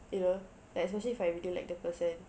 you know like especially if I really like the person